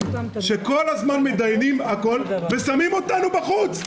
שכל הזמן מתדיינים הכול ושמים אותנו בחוץ,